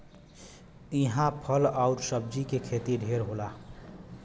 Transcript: इहां फल आउर सब्जी के खेती ढेर होला